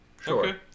Sure